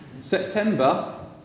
September